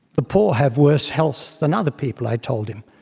the poor have worse health than other people. i told him.